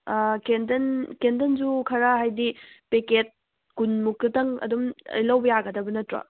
candle ꯀꯦꯟꯗꯜꯁꯨ ꯈꯔ ꯍꯥꯏꯗꯤ ꯄꯦꯛꯀꯦꯠ ꯀꯨꯟ ꯃꯨꯛꯈꯇꯪ ꯑꯗꯨꯝ ꯂꯧꯕ ꯌꯥꯒꯗꯕ ꯅꯠꯇ꯭ꯔꯣ